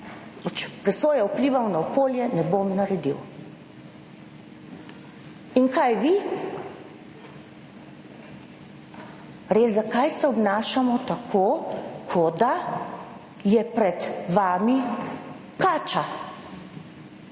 Presoje vplivov na okolje ne bom naredil. In kaj? Res, zakaj se obnašamo tako, kot da je pred vami kača.